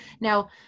Now